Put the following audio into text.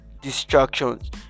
distractions